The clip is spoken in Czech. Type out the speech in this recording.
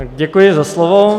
Děkuji za slovo.